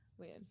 weird